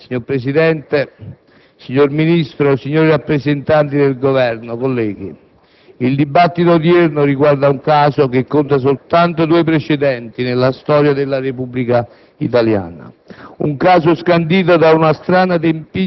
*(Misto-Pop-Udeur)*. Signor Presidente, signor Ministro, signori rappresentanti del Governo, colleghi, il dibattito odierno riguarda un caso che conta soltanto due precedenti nella storia della Repubblica italiana,